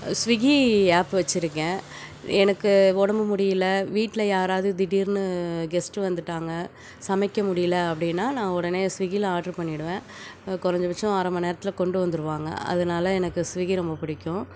Swiggy app வச்சி இருக்கேன் எனக்கு உடம்பு முடியல வீட்டில் யாராவது திடீர்ன்னு கெஸ்ட் வந்து விட்டாங்க சமைக்க முடியல அப்படீன்னா நான் உடனே ஸ்விக்கில ஆர்டர் பண்ணி விடுவேன் குறஞ்ச பட்சம் அரைம நேரத்தில் கொண்டு வந்துருவாங்க அதனால் எனக்கு ஸ்விக்கி ரொம்ப பிடிக்கும்